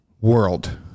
world